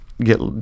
get